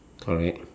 correct